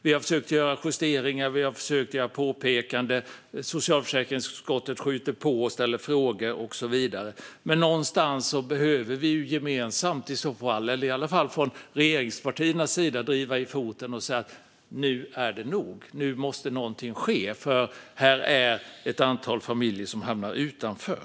Vi har försökt göra justeringar och påpekanden, och socialförsäkringsutskottet skjuter på och ställer frågor och så vidare. Men någonstans behöver vi gemensamt, i alla fall från regeringspartiernas sida, sätta ned foten och säga att nu är det nog och att nu måste något ske därför att det finns ett antal familjer som hamnar utanför.